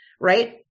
right